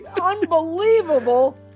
Unbelievable